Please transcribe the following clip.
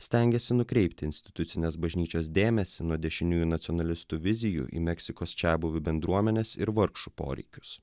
stengėsi nukreipti institucinės bažnyčios dėmesį nuo dešiniųjų nacionalistų vizijų į meksikos čiabuvių bendruomenes ir vargšų poreikius